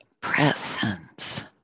presence